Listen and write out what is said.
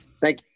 Thank